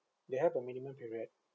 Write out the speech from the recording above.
they have a minimum period